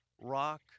rock